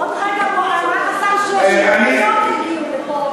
עוד רגע, אמר השר, 30 מיליון יגיעו לפה.